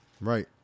Right